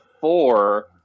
four